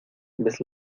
ves